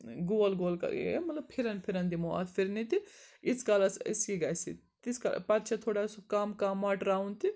گوٗل گوٗل یہِ مطلب پھِرَن پھِرَن دِمو اَتھ فِرنہِ تہِ ییٖتِس کالَس أسۍ یہِ گژھہِ تیٖتِس کال پَتہٕ چھِ اَتھ تھوڑا سُہ کَم کَم مۄٹراوُن تہِ